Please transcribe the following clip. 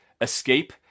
Escape